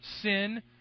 sin